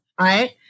right